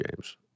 James